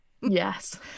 Yes